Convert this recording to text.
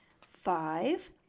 Five